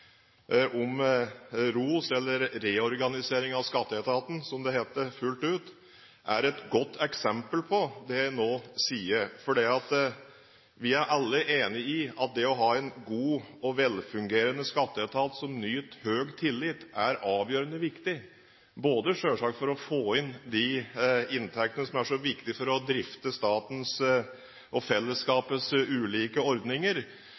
om ROS – eller reorganisering av skatteetaten, som det heter fullt ut – er et godt eksempel på det jeg nå sier. Vi er alle enig i at det å ha en god og velfungerende skatteetat som nyter høy tillit, er avgjørende viktig, både for – selvsagt – å få inn de inntektene som er så viktige for å drifte statens og fellesskapets ulike ordninger,